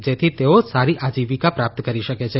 જેથી તેઓ સારી આજીવિકા પ્રાપ્ત કરી શકે છે